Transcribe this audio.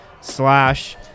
slash